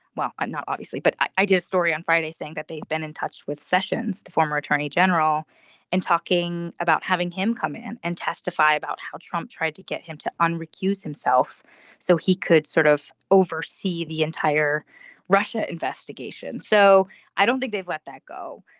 well i'm not obviously but i did a story on friday saying that they've been in touch with sessions the former attorney general and talking about having him come in and testify about how trump tried to get him to recuse himself so he could sort of oversee the entire russia investigation. so i don't think they've let that go.